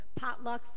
potlucks